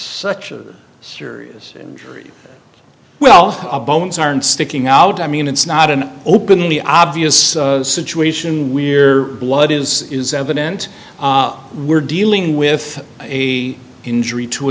such a serious injury well bones are sticking out i mean it's not an openly obvious situation we're blood is is evident we're dealing with a injury to a